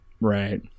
Right